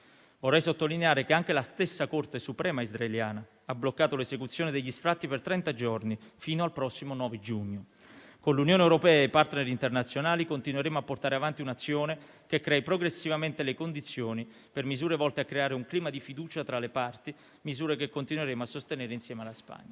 Vorrei sottolineare che anche la stessa Corte suprema israeliana ha bloccato l'esecuzione degli sfratti per trenta giorni, fino al prossimo 9 giugno. Con l'Unione europea e i *partner* internazionali continueremo a portare avanti un'azione che crei progressivamente le condizioni per misure volte a creare un clima di fiducia tra le parti, misure che continueremo a sostenere anche insieme alla Spagna.